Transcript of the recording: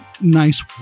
nice